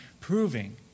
proving